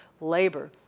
labor